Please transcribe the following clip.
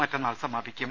മറ്റന്നാൾ സമാപിക്കും